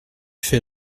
fais